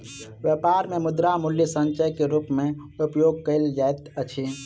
व्यापार मे मुद्रा मूल्य संचय के रूप मे उपयोग कयल जाइत अछि